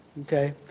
Okay